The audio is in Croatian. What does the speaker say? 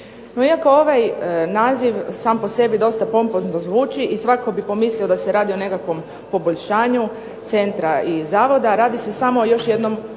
iako ovaj naziv sam po sebi dosta pompozno zvuči i svatko bi pomislio da se radi o nekakvom poboljšanju centra i zavoda, radi se samo o još jednom